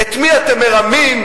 את מי אתם מרמים.